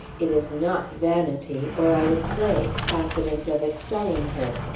it is not vanity, or i would play, confident of excelling her.